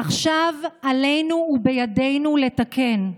עכשיו עלינו ובידינו לתקן.